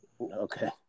Okay